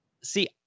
See